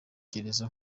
gereza